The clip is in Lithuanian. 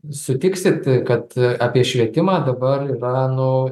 sutiksit kad apie švietimą dabar yra nu